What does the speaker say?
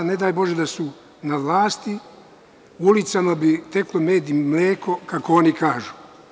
Ne daj Bože da su sada na vlasti, ulicama bi tekli med i mleko, kako oni kažu.